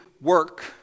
work